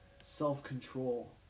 self-control